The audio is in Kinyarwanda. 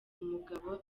umugabo